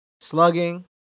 Slugging